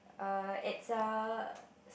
uh it's a